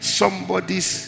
somebody's